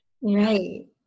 right